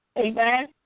Amen